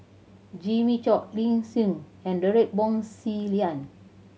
Jimmy Chok Lee Tjin and Derek Wong Zi Liang